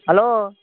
hello